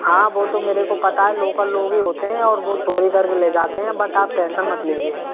हाँ वो तो मेरे को पता है लोकल लोग ही होते है और वो चोरी करके ले जाते है बट आप टेन्सन मत लीजिए